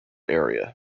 area